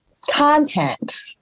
content